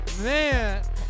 Man